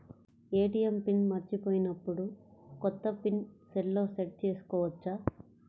ATM pin మరచిపోయినప్పుడు, కొత్త pin సెల్లో సెట్ చేసుకోవచ్చా?